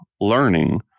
learning